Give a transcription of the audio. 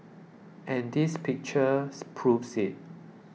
and this picture proves it